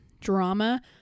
drama